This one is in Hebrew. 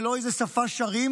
ולא לשאלות באיזו שפה שרים,